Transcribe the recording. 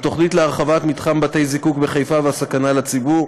התוכנית להרחבת מתחם בתי זיקוק בחיפה והסכנה לציבור,